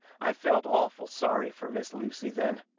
i felt awful sorry fur miss lucy then.